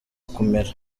kumera